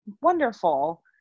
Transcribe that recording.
wonderful